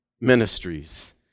ministries